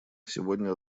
сегодня